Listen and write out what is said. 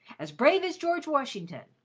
as brave as george washington.